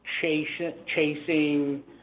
chasing